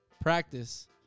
practice